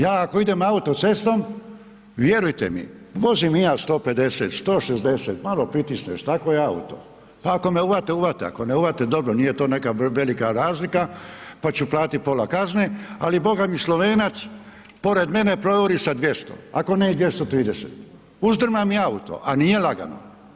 Ja ako idem autocestom, vjerujte mi, vozim i ja 150, 160, malo pritisnem, ... pa ako me uhvate, uhvate, ako ne uhvate, dobro, nije to neka velika razlika pa ću platiti pola kazne ali bogami Slovenac pored mene projuri sa 200, ako ne i 230, uzdrma mi auto a nije lagano.